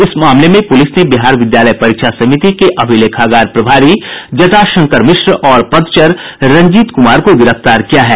इस मामले में पुलिस ने बिहार विद्यालय परीक्षा समिति के अभिलेखागार प्रभारी जटाशंकर मिश्र और पदचर रंजीत कुमार को गिरफ्तार किया है